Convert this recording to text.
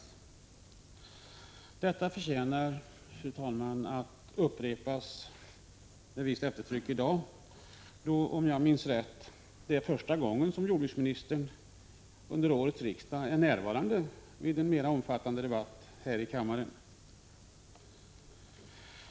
Detta förtjänar att upprepas med eftertryck, fru talman, eftersom det — om jag minns rätt — i dag är första gången under detta riksmöte som jordbruksministern är närvarande vid en mera omfattande debatt här i kammaren.